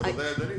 זו עבודה ידנית.